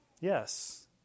yes